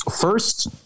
First